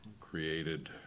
created